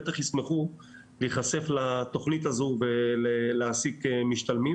בטח ישמחו להיחשף לתוכנית הזו ולהעסיק משתלמים